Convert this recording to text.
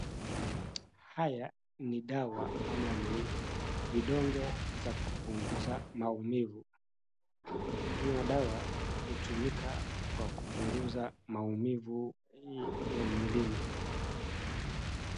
Haya ni dawa ama ni vidonge za kupunguza maumivu. Hiyo dawa hutumika kwa kupunguza maumivu ya mwilini.